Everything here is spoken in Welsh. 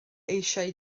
eisiau